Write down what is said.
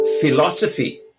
philosophy